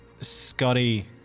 Scotty